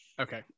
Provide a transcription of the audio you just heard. Okay